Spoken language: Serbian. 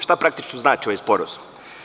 Šta praktično znači ovaj sporazum?